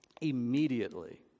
Immediately